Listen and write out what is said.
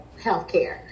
healthcare